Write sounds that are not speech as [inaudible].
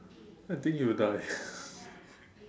I think you will die [breath]